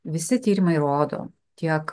visi tyrimai rodo tiek